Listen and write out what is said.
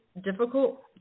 difficult